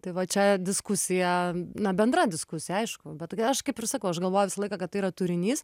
tai va čia diskusija na bendra diskusija aišku bet tokia aš kaip ir sakau aš galvoju visą laiką kad tai yra turinys